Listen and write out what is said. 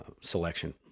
selection